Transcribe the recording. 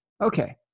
Okay